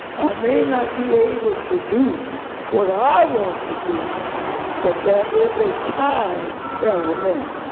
i may not be able to do what i want to do but there is a time element.